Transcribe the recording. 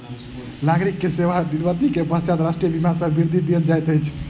नागरिक के सेवा निवृत्ति के पश्चात राष्ट्रीय बीमा सॅ वृत्ति देल जाइत अछि